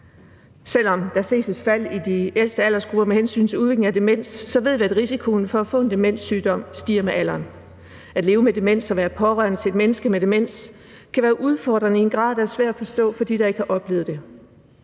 Selv om der ses et fald i de ældste aldersgrupper med hensyn til udviklingen af demens, ved vi, at risikoen for at få en demenssygdom stiger med alderen. At leve med demens eller være pårørende til et menneske med demens kan være udfordrende i en grad, der kan være svær at forstå for dem, der ikke har oplevet det.